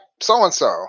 so-and-so